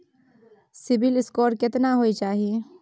CIBIL score केतना होय चाही?